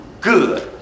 good